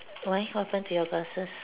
why what happen to your glasses